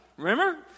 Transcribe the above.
Remember